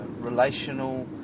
Relational